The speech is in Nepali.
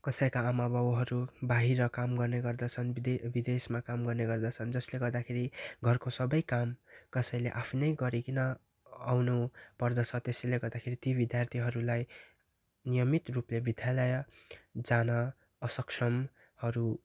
कसैको आमा बाउहरू बाहिर काम गर्ने गर्दछन् विदेश विदेशमा काम गर्ने गर्दछन् जसले गर्दाखेरि घरको सबै काम कसैले आफ्नै गरिकन आउनु पर्दछ त्यसैलै गर्दाखेरि ति विद्यार्थीहरूलाई नियमित रूपले विद्यालय जान असक्षमहरू